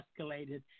escalated